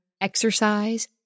exercise